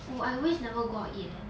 oh I always never go out eat leh